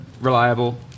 reliable